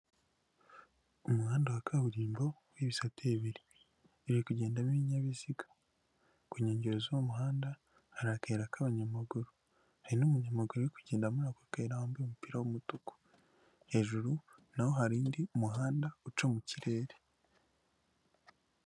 Umuhanda wa kaburimbo w'ibisate bibiri biri kugenda n'ibinyabiziga, ku nkengero z'umuhanda harikera k'abanyamaguru, hari n'umunyamaguru uri kugenda muri aka kayira wambaye umupira w'umutuku. Hejuru naho hari undi umuhanda uca mu kirere.